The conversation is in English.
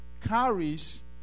carries